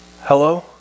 Hello